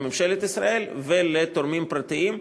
לממשלת ישראל ולתורמים פרטיים,